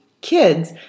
Kids